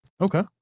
Okay